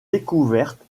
découverte